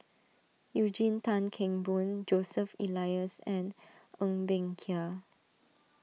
Eugene Tan Kheng Boon Joseph Elias and Ng Bee Kia